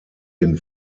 den